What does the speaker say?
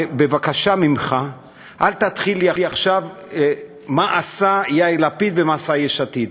ובבקשה ממך אל תתחיל לי עכשיו עם מה עשה יאיר לפיד ומה עשו יש עתיד,